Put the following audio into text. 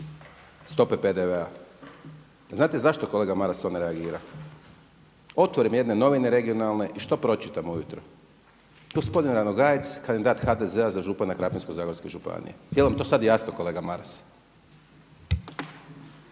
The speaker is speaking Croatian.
stope PDV-a. A znate zašto kolega Maras on ne reagira? Otvorim jedne novine regionalne i što pročitam ujutro? Gospodin Ranogajec kandidat HDZ-a za župana Krapinsko-zagorske županije? Jel vam to sada jasno kolega Maras?